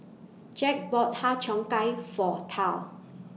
Jack bought Har Cheong Gai For Tal